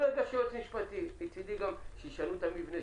מצדי שישנו את המבנה,